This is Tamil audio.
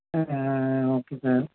ஆ ஆ ஓகே சார்